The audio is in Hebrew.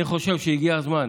אני חושב שהגיע הזמן,